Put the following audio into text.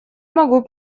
могу